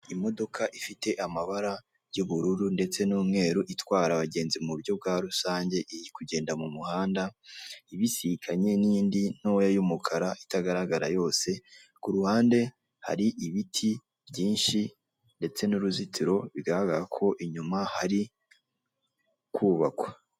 Imodoka ifite amabara y'ubururu ndetse n'umweru itwara abagenzi mu buryo bwa rusange iri kugenda mu muhanda ibisikanye n'indi ntoya y'umukara itagaragara yose, ku ruhande hari ibiti byinshi ndetse n'uruzitiro bigaragara ko inyuma hari kubakwa.